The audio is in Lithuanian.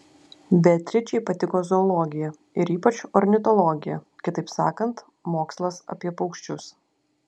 beatričei patiko zoologija ir ypač ornitologija kitaip sakant mokslas apie paukščius